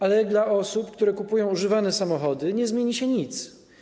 Ale dla osób, które kupują używane samochody, nie zmieni się nic.